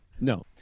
no